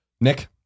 Nick